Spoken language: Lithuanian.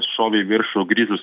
šovė į viršų grįžus